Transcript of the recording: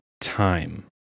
time